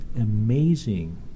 amazing